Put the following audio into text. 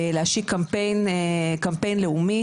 להשיק קמפיין לאומי,